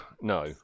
no